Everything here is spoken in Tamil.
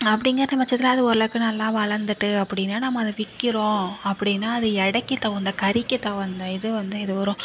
அப்படிங்கற பட்சத்தில் அது ஓரளவுக்கு நல்லா வளர்ந்துட்டு அப்படினு நம்ம அதை விற்கிறோம் அப்படினா அது எடைக்கு தகுந்த கறிக்கு தகுந்த இது வந்து இது வரும்